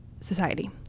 society